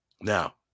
now